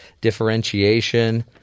differentiation